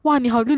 no you